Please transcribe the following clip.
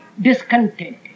discontent